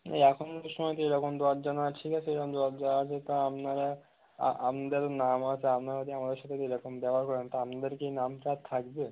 এই এখন সময় তো এরকম দরজা নাহয় ঠিক আছে এরকম দরজা আছে তা আপনারা আপনাদের নাম আছে আপনারা যদি আমাদের সাথে এরকম ব্যবহার করেন তাহলে আপনাদের কি নামটা থাকবে